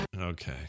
Okay